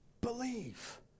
Believe